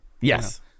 Yes